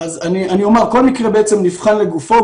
כל מקרה נבחן לגופו,